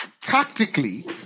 tactically